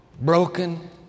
broken